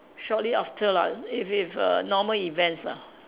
shortly after lah if if err normal events lah